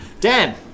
Dan